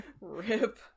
Rip